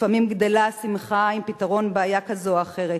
לפעמים גדלה השמחה עם פתרון בעיה כזאת או אחרת,